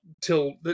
till